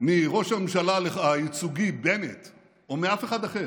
מראש הממשלה הייצוגי בנט או מאף אחד אחר,